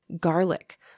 Garlic